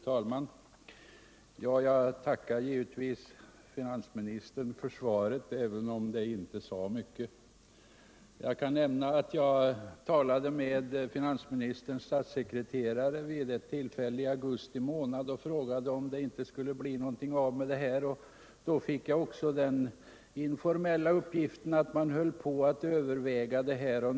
Fru talman! Jag tackar givetvis finansministern för svaret, även om det inte sade mycket. Jag kan nämna att jag talade med finansministerns statssekreterare vid ett tillfälle i augusti månad och frågade om det inte skulle bli någonting av med detta. Då fick jag också den informella uppgiften att man höll på att överväga saken.